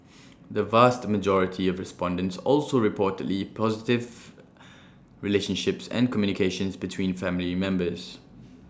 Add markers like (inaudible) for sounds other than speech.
(noise) the vast majority of respondents also reported positive relationships and communications between family members